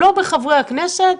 לא בחברי הכנסת,